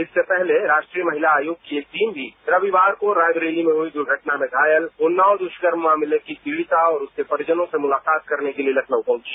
इससे पहले राष्ट्रीय महिला आयोग की एक टीम भी रविवार को रायवरेली में हुई दूर्घटना में घायल उन्नाव दुष्कर्म मामले की पीडिता और उसके परिजनों से मुलाकात करने के लिए लखनऊ पहुंचे